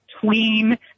tween